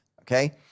okay